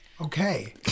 Okay